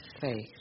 faith